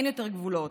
אין יותר גבולות.